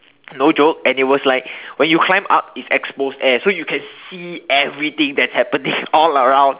no joke and it was like when you climb up it's exposed air so you can see everything that's happening all around